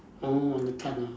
orh the